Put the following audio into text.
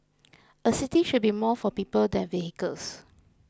a city should be more for people than vehicles